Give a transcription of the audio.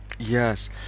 Yes